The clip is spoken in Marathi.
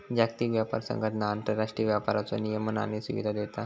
जागतिक व्यापार संघटना आंतरराष्ट्रीय व्यापाराचो नियमन आणि सुविधा देता